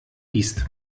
gießt